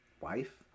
wife